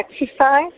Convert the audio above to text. exercise